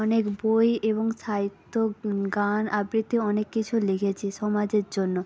অনেক বই এবং সাহিত্য গান আবৃত্তি অনেক কিছু লিখেছি সমাজের জন্য